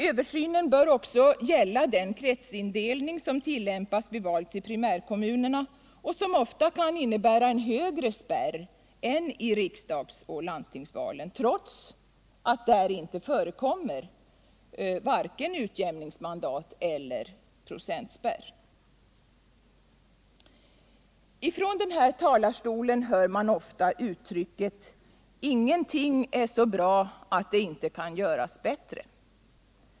Översynen bör också gälla den kretsindelning som tillämpas vid val i primärkommunerna, som ofta kan innebära en högre spärr än i riksdagsoch landstingsval trots att där inte förekommer vare sig utjämningsmandat eller procentspärr. Från den här talarstolen hör man ofta uttrycket ”ingenting är så bra att det inte kan göras bättre”.